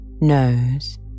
nose